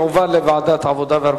לוועדה.